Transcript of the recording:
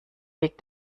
weg